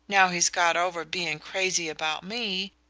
now he's got over being crazy about me.